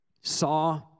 saw